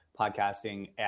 podcasting